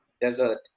desert